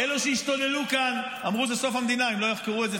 הם יזמו את הפנייה לבג"ץ למנוע חקירה,